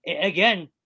again